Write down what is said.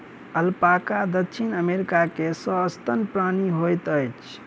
alpaca दक्षिण America के सस्तन प्राणी होइत अछि